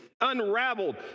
unraveled